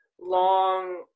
long